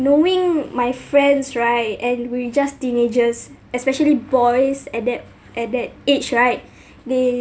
knowing my friends right and we're just teenagers especially boys at that at that age right they